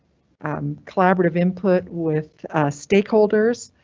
um collaborative input with stake holders.